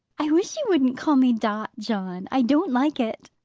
i wish you wouldn't call me dot, john. i don't like it,